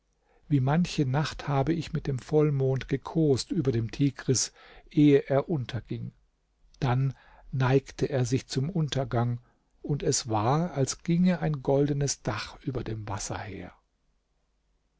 wie manche nacht habe ich mit dem vollmond gekost über dem tigris ehe er unterging dann neigte er sich zum untergang und es war als ginge ein goldenes dach über dem wasser her